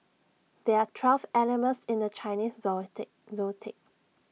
there are twelve animals in the Chinese Zodiac zodiac